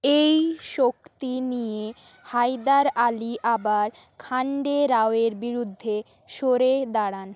এই শক্তি নিয়ে হায়দার আলি আবার খাণ্ডেরাওয়ের বিরুদ্ধে সরে দাঁড়ান